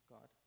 God